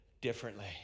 differently